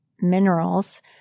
minerals